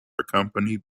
accompanied